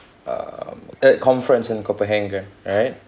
um at conference in the copenhagen right